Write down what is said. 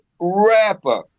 rapper